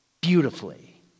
beautifully